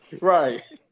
right